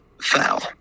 foul